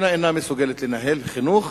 המדינה אינה מסוגלת לנהל חינוך,